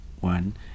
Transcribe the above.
One